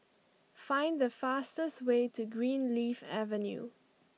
find the fastest way to Greenleaf Avenue